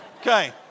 Okay